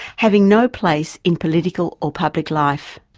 having no place in political or public life.